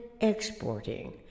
exporting